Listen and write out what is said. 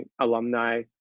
alumni